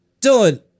Dylan